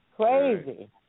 Crazy